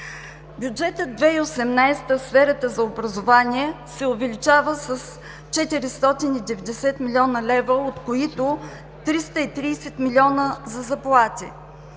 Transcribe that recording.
Бюджетът през 2018 г. в сферата за образование се увеличава с 490 млн. лв., от които 330 млн. лв. за заплати.